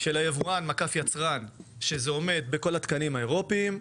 של יבואן-יצרן שזה עומד בכל התקנים האירופיים,